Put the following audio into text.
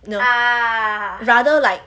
no rather like